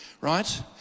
right